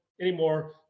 Anymore